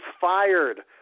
fired